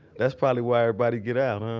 that's probably why everybody get out